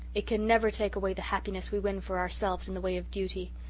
it can never take away the happiness we win for ourselves in the way of duty.